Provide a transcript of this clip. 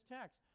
text